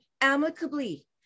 amicably